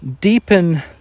deepen